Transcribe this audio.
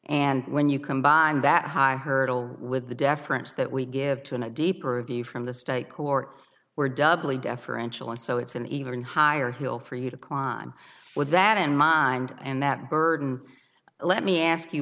and when you combine that high hurdle with the deference that we give to a deeper view from the state court we're doubly deferential and so it's an even higher hill for you to climb with that in mind and that burden let me ask you